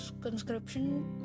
conscription